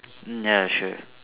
ya sure